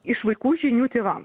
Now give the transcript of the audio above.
iš vaikų žinių tėvam